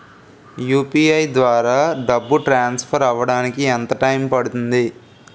UPI ద్వారా డబ్బు transfer అవ్వడానికి ఎంత టైం పడుతుంది?